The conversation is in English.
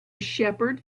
shepherd